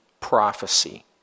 prophecy